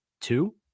two